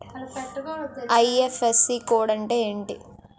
IFSC code అంటే ఏంటి?